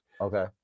Okay